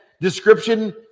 description